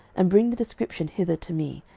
and bring the description hither to me,